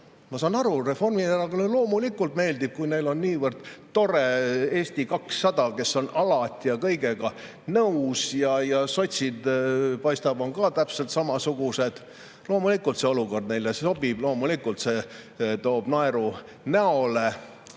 Ma saan aru, et Reformierakonnale loomulikult meeldib, kui neil on niivõrd tore Eesti 200, kes on alati kõigega nõus. Paistab, et sotsid on täpselt samasugused. Loomulikult sobib see olukord neile, loomulikult see toob naeru näole,